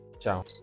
Ciao